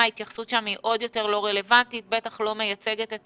ההתייחסות שם היא עוד יותר לא רלוונטית ובטח לא מייצגת את